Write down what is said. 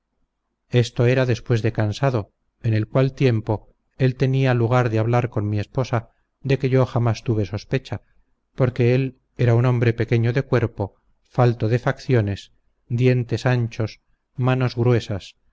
esto era después de cansado en el cual tiempo él tenía lugar de hablar con mi esposa de que yo jamás tuve sospecha porque él era un hombre pequeño de cuerpo falto de facciones dientes anchos manos gruesas